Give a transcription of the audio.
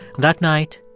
that night,